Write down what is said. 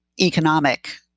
economic